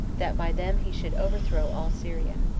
that by them he should overthrow all syria.